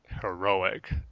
Heroic